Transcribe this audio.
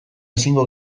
ezingo